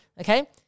Okay